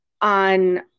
on